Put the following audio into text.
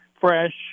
fresh